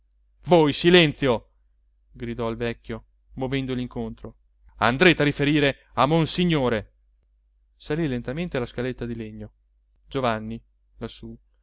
voi silenzio gridò il vecchio movendogli incontro andrete a riferire a monsignore salì lentamente la scaletta di legno giovanni lassù